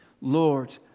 Lord